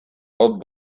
old